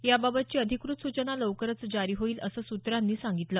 याबाबतची अधिकृत सूचना लवकरच जारी होईल असं सूत्रांनी सांगितलं